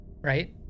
right